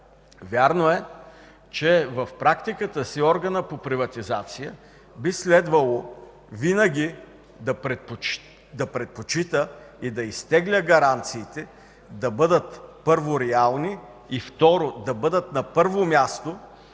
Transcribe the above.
Вярно е, че в практиката си органът по приватизация би следвало винаги да предпочита и да изтегля гаранциите да бъдат, първо, реални и второ, да бъдат на първо място